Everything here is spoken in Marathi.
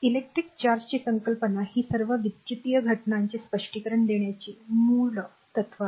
इलेक्ट्रिक चार्जची संकल्पना ही सर्व विद्युतीय घटनांचे स्पष्टीकरण देण्याचे मूळ तत्व आहे